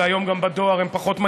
והיום גם בדואר הן פחות מגיעות,